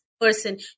person